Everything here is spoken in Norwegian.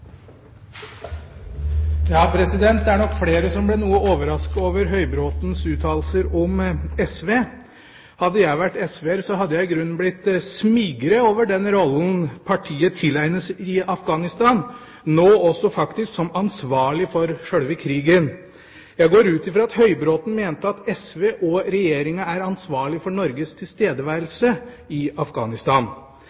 nok flere som ble noe overrasket over Høybråtens uttalelser om SV. Hadde jeg vært SV-er, hadde jeg i grunnen blitt smigret over den rollen partiet tilegnes når det gjelder Afghanistan, nå også faktisk som ansvarlig for sjølve krigen. Jeg går ut fra at Høybråten mente at SV og Regjeringa er ansvarlige for Norges